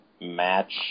match